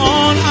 on